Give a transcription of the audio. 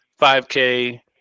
5K